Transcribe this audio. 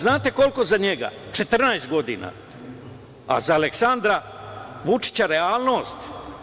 Znate koliko za njega, 14 godina, a za Aleksandra Vučića realnost.